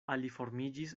aliformiĝis